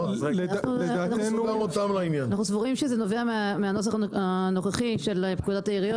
--- אנחנו סבורים שזה נובע מהנוסח הנוכחי של פקודת העיריות